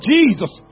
Jesus